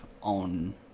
On